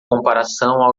comparação